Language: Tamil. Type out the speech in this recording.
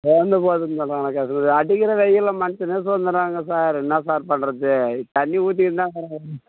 சோர்ந்து போகிறதுனு சொல்கிறாங்களா கஸ்டமர் அடிக்கின்ற வெயிலில் மனுஷன் சோர்ந்துட்றாங்க சார் என்ன சார் பண்ணுறது தண்ணி ஊற்றின்னு தான் இருக்கிறோம்